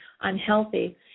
unhealthy